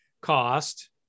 cost